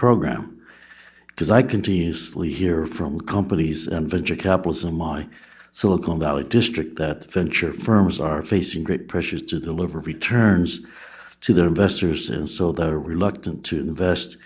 program because i continuously hear from companies and venture capitalism my silicon valley district that the venture firms are facing great pressures to deliver returns to their investors and so they're reluctant to invest